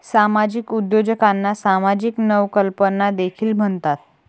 सामाजिक उद्योजकांना सामाजिक नवकल्पना देखील म्हणतात